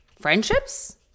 friendships